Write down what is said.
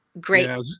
great